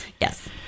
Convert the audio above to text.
Yes